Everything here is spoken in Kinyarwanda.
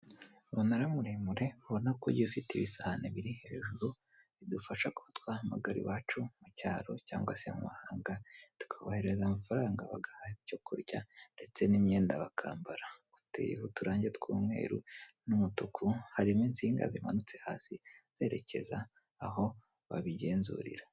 Umunara muremure ubona ko ugiye ufite ibisahane biri hejuru, bidufasha kuba twahamagara iwacu mu cyaro cyangwa se mu mahanga, tukaboherereza amafaranga bagahaha ibyo kurya, ndetse n'imyenda bakambara. Uteye uturangi tw'umweru n'umutuku harimo insinga zimanutse hasi zerekeza aho babigenzurira.